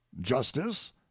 justice